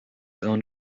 own